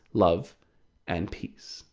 love and peace.